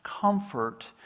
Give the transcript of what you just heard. comfort